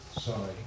sorry